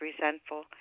resentful